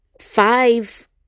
five